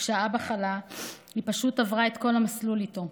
כשאבא חלה היא פשוט עברה את כל המסלול איתו,